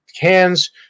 cans